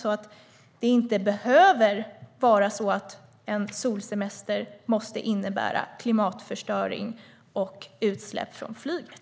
Det behöver inte vara så att en solsemester måste innebära klimatförstöring och utsläpp från flyget.